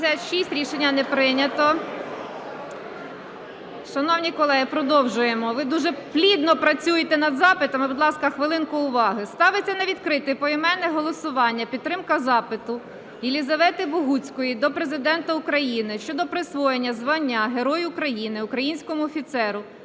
Рішення не прийнято. Шановні колеги, продовжуємо, ви дуже плідно працюєте над запитами, будь ласка, хвилинку уваги. Ставиться на відкрите поіменне голосування підтримка запиту Єлізавети Богуцької до Президента України щодо присвоєння звання Герой України українському офіцеру,